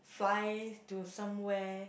fly to somewhere